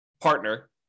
partner